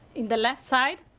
in the left side.